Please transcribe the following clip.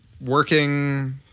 Working